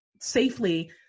safely